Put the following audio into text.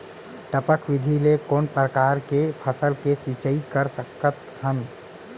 टपक विधि ले कोन परकार के फसल के सिंचाई कर सकत हन?